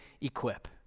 equip